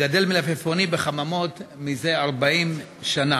אני מגדל מלפפונים בחממות זה 40 שנה.